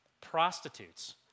prostitutes